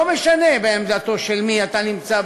לא משנה בעמדתו של מי אתה נמצא,